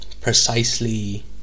precisely